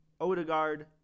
Odegaard